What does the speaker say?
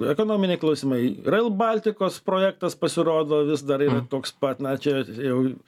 ekonominiai klausimai rail baltikos projektas pasirodo vis dar yra toks pat na čia jau